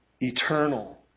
eternal